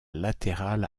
latéral